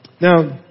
Now